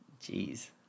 Jeez